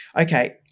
Okay